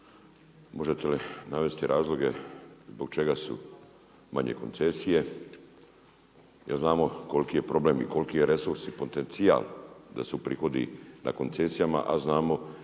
Možete li navesti razloge zbog čega su manje koncesije, jer znamo koliki je problem i koliki je resurs i potencijal da su prihodi na koncesijama, a znamo